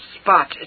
spot